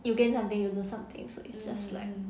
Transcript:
you gain something you lose something so it's just like